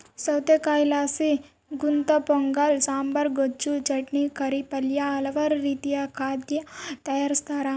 ಸೌತೆಕಾಯಿಲಾಸಿ ಗುಂತಪೊಂಗಲ ಸಾಂಬಾರ್, ಗೊಜ್ಜು, ಚಟ್ನಿ, ಕರಿ, ಪಲ್ಯ ಹಲವಾರು ರೀತಿಯ ಖಾದ್ಯ ತಯಾರಿಸ್ತಾರ